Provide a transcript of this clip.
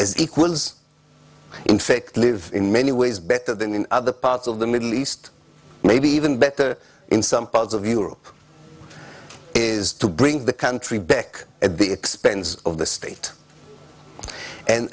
as equals in fic live in many ways better than in other parts of the middle east maybe even better in some parts of europe is to bring the country back at the expense of the state and